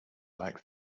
likes